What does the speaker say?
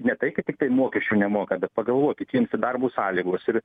ne tai kad tiktai mokesčių nemoka bet pagalvokit jiems ir darbo sąlygos ir